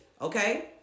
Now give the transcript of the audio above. okay